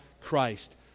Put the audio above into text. Christ